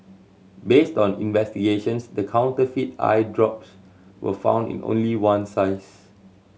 based on investigations the counterfeit eye drops were found in only one size